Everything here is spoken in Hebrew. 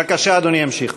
בבקשה, אדוני ימשיך.